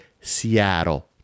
Seattle